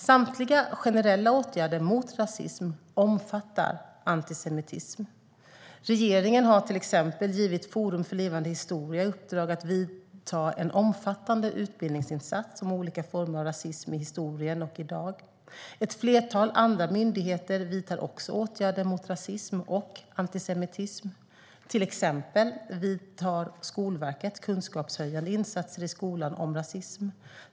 Samtliga generella åtgärder mot rasism omfattar antisemitism. Regeringen har till exempel givit Forum för levande historia i uppdrag att vidta en omfattande utbildningsinsats om olika former av rasism i historien och i dag. Ett flertal andra myndigheter vidtar också åtgärder mot rasism och antisemitism. Till exempel vidtar Skolverket kunskapshöjande insatser i skolan om rasism.